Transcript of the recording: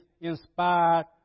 inspired